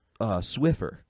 Swiffer